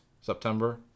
september